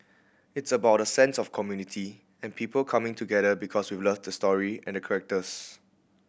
it's about a sense of community and people coming together because we love the story and characters